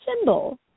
symbol